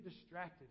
distracted